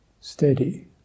steady